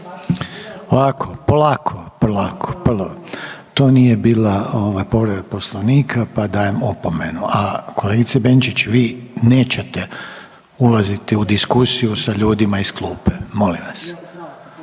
(HDZ)** Polako, polako, to nije bila ova povreda Poslovnika pa dajem opomenu, a kolegice Benčić vi nećete ulaziti u diskusiju sa ljudima iz klupe, molim vas.